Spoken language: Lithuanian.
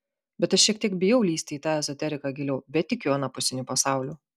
bet aš šiek tiek bijau lįsti į tą ezoteriką giliau bet tikiu anapusiniu pasauliu